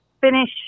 finish